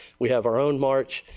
we have our own march.